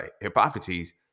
Hippocrates